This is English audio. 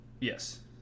Yes